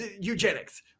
eugenics